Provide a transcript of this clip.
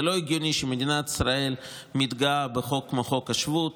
זה לא הגיוני שמדינת ישראל מתגאה בחוק כמו חוק השבות,